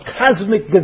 cosmic